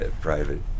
Private